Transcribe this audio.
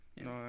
No